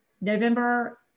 November